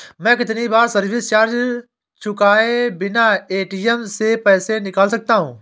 मैं कितनी बार सर्विस चार्ज चुकाए बिना ए.टी.एम से पैसे निकाल सकता हूं?